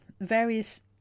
various